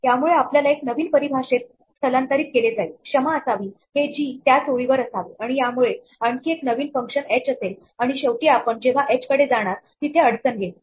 यामुळे आपल्याला एक नवीन परिभाषेत स्थलांतरित केले जाईल क्षमा असावी हे जी त्याच ओळीवर असावे आणि यामुळे आणखी एक नवीन फंक्शन एच असेल आणि शेवटी आपण जेव्हा एच कडे जाणार तिथे अडचण येईल